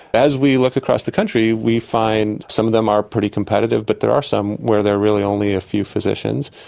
as we look across the country we find some of them are pretty competitive, but there are some where there are really only a few physicians.